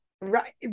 Right